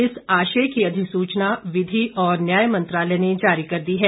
इस आशय की अधिसूचना विधि और न्याय मंत्रालय ने जारी कर दी है